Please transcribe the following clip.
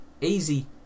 Easy